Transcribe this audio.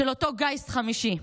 של אותו גיס חמישי.